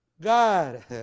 God